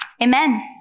amen